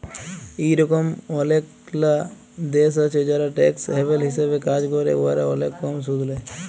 ইরকম অলেকলা দ্যাশ আছে যারা ট্যাক্স হ্যাভেল হিসাবে কাজ ক্যরে উয়ারা অলেক কম সুদ লেই